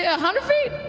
yeah hundred feet.